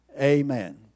Amen